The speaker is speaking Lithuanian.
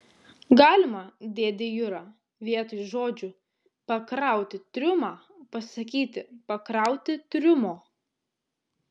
galima dėde jura vietoj žodžių pakrauti triumą pasakyti pakrauti triumo